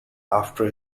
after